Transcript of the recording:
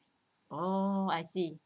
oh I see